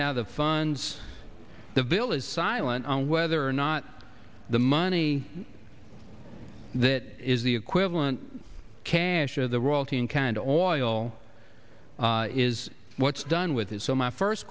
how the funds the vill is silent on whether or not the money that is the equivalent cash of the royalty in canada or oil is what's done with it so my first